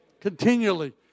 continually